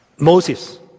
Moses